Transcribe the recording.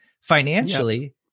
financially